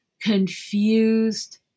confused